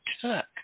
took